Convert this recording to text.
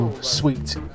sweet